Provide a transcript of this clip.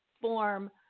form